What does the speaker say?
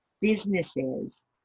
businesses